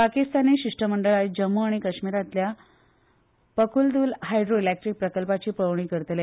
पाकिस्तानी शिष्टमंडळ आयज जम्म् आनी काश्मिरातल्या पक्लद्ल हायड्रो इलेट्रिक प्रकल्पाची पळोवणी करतले